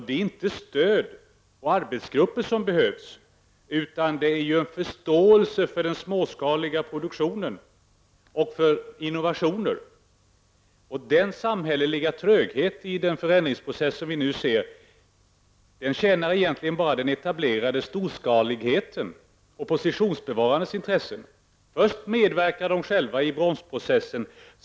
Det är inte stöd och arbetsgrupper som behövs, utan det är en förståelse för den småskaliga produktionen och för innovationer. Den samhälleliga trögheten i den förändringsprocess som vi nu ser tjänar egentligen bara den etablerade storskaligheten och positionsbevarandets intressen. Först medverkar de själva i bromsprocessen.